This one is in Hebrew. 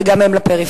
וגם הם לפריפריה.